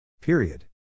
Period